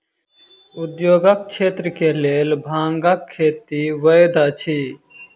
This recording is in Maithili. उद्योगक क्षेत्र के लेल भांगक खेती वैध अछि